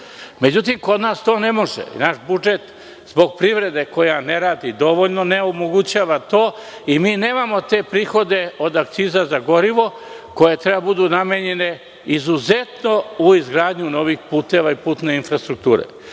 Međutim, to kod nas ne može. Naš budžet zbog privrede, koja ne radi dovoljno, ne omogućava to i mi nemamo te prihode od akciza za gorivo, koje treba da budu namenjene izuzetno u izgradnju novih puteva i putne infrastrukture. Pošto